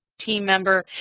team member.